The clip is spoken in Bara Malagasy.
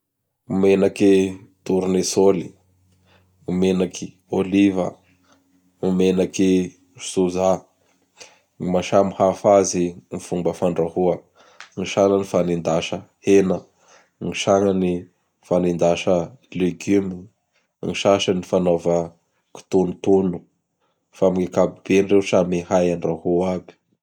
Menaky Tournessoly, menaky Oliva, menaky Soja. Gny maha samihafa azy, gny fomba fandrahoa. gny sanany fagnendasa hena, gny sanany fagnendasa legume, gny sasany fanaova kitonotono. Fa amin'ny ankapobeny ireo samy hay andrahoa aby.